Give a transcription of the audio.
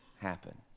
happen